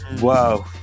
Wow